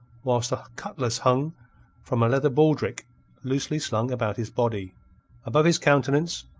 whilst a cutlass hung from a leather baldrick loosely slung about his body above his countenance,